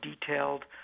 detailed